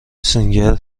سینگر